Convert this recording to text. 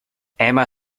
emma